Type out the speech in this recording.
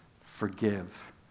forgive